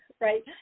right